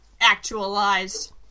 actualized